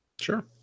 Sure